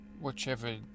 whichever